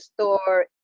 store